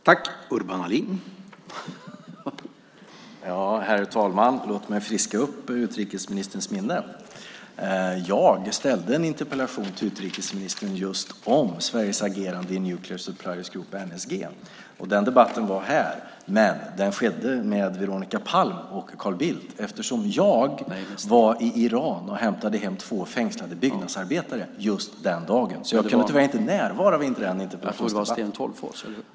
Herr talman! Låt mig friska upp utrikesministerns minne. Jag ställde en interpellation till utrikesministern just om Sveriges agerande i Nuclear Suppliers Group, NSG. Den debatten var här. Men den skedde med Veronica Palm och Carl Bildt eftersom jag var i Iran och hämtade hem två fängslade byggnadsarbetare just den dagen. Jag kunde därför tyvärr inte närvara i den interpellationsdebatten. : Jag trodde att det var Sten Tolgfors.)